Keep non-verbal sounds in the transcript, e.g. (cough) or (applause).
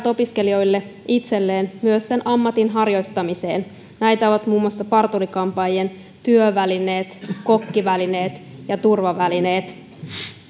(unintelligible) opiskelijoille itselleen sen ammatin harjoittamiseen näitä ovat muun muassa parturi kampaajien työvälineet kokkivälineet ja turvavälineet